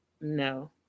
no